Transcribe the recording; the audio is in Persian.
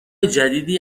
جدیدی